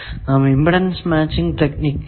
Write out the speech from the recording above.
നാം impedance matching technique കണ്ടു